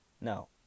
No